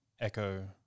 echo